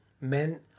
Men